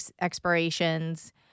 expirations